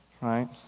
right